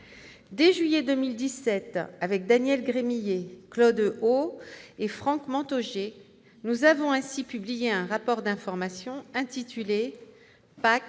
Dès juillet 2017, avec Daniel Gremillet, Claude Haut et Franck Montaugé, nous avons ainsi publié un rapport d'information intitulé,